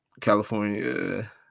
California